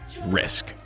risk